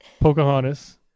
Pocahontas